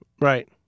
Right